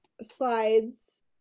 slides